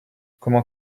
comment